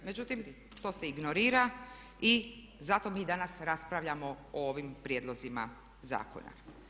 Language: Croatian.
Međutim, to se ignorira i zato mi danas raspravljamo o ovim prijedlozima zakona.